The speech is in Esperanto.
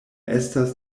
estas